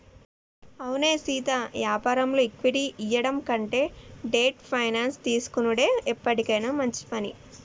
అవునే సీతా యాపారంలో ఈక్విటీ ఇయ్యడం కంటే డెట్ ఫైనాన్స్ తీసుకొనుడే ఎప్పటికైనా మంచి పని